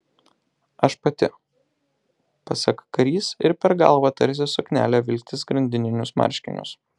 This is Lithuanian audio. aš pati pasak karys ir per galvą tarsi suknelę vilktis grandininius marškinius